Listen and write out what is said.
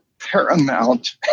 paramount